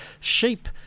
sheep